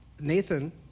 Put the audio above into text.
Nathan